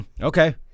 Okay